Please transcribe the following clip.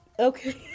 Okay